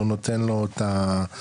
שהוא נותן לו את האופיאט,